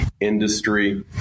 industry